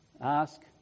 Ask